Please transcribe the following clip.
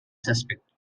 suspect